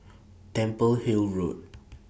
Temple Hill Road